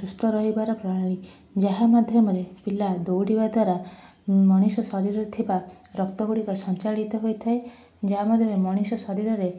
ସୁସ୍ଥ ରହିବାର ପ୍ରଣାଳୀ ଯାହା ମାଧ୍ୟମରେ ପିଲା ଦୌଡ଼ିବା ଦ୍ଵାରା ମଣିଷ ଶରୀରରେ ଥିବା ରକ୍ତ ଗୁଡ଼ିକ ସଞ୍ଚାଳିତ ହୋଇଥାଏ ଯାହା ମାଧ୍ୟମରେ ମଣିଷ ଶରୀରରେ